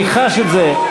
אני חש את זה.